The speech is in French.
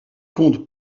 compte